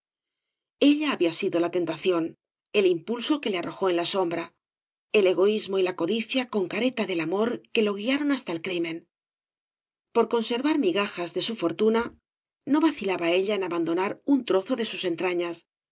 ella había sido la tentación el impulso que le arrojó en la sombra el egoísmo y la codicia con careta del amor que le guiaron hasta el crimen por conservar migajas de su fortuna no vacilaba v blasco ibáñbz ella en abandonar un trozo de sus entrañas